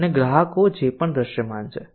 અન્ય ગ્રાહકો જે પણ દૃશ્યમાન છે